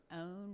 own